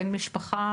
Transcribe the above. בן משפחה,